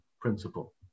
principle